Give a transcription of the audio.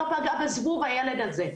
לא פגע בזבוב, הילד הזה.